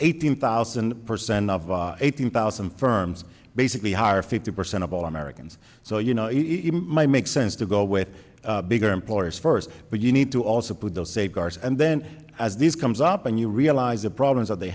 eighteen thousand percent of eighteen thousand firms basically hire fifty percent of all americans so you know my make sense to go with bigger employers first but you need to also put those safeguards and then as this comes up and you realize the problems that they